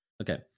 Okay